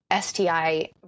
STI